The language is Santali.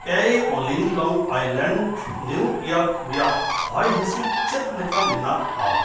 ᱮᱭ ᱚᱞᱤᱝ ᱞᱚᱝ ᱟᱭᱞᱮᱱᱰ ᱱᱤᱭᱩᱤᱭᱟᱨᱠ ᱨᱮᱱᱟᱜ ᱦᱚᱭ ᱦᱤᱸᱥᱤᱫ ᱪᱮᱫ ᱞᱮᱠᱟ ᱢᱮᱱᱟᱜᱼᱟ